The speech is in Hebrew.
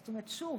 שוב,